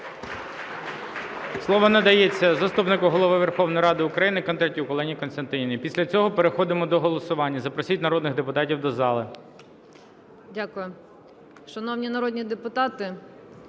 Слово надається заступнику Голови Верховної Ради України Кондратюк Олені Костянтинівні. Після цього переходимо до голосування. Запросіть народних депутатів до зали.